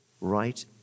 right